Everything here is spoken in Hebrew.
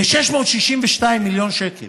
ב-662 מיליון שקל